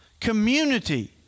community